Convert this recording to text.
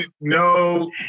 no